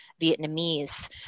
Vietnamese